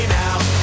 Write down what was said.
now